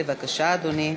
בבקשה, אדוני.